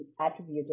attributed